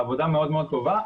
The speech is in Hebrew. העבודה מאוד מאוד טובה.